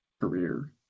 career